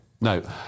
No